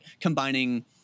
combining